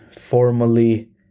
formally